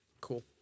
Cool